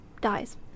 dies